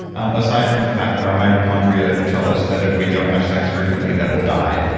um aside from the fact that our mitochondria tell us that if we don't have sex frequently, that we'll die,